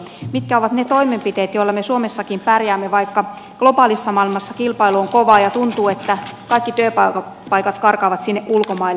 mitkä ovat ne toimenpiteet joilla me suomessakin pärjäämme vaikka globaalissa maailmassa kilpailu on kovaa ja tuntuu että kaikki työpaikat karkaavat sinne ulkomaille